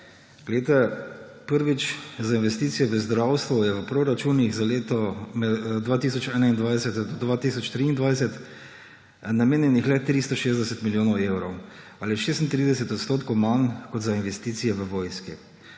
zakaj. Prvič, za investicije v zdravstvu je v proračunih za leto 2021 do 2023 namenjenih le 360 milijonov evrov ali 36 odstotkov manj kot za investicije v vojski,